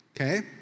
Okay